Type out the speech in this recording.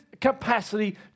capacity